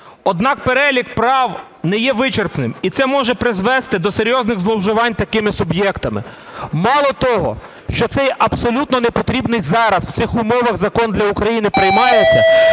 Однак, перелік прав не є вичерпним, і це може призвести до серйозних зловживань такими суб'єктами. Мало того, що цей абсолютно непотрібний зараз в цих умовах закон для України приймається,